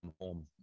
home